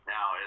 Now